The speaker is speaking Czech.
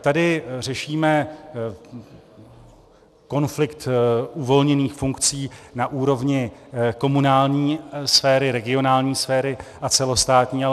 Tady řešíme konflikt uvolněných funkcí na úrovni komunální sféry, regionální sféry a celostátní.